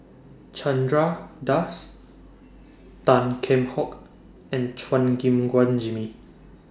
Chandra Das Tan Kheam Hock and Chua Gim Guan Jimmy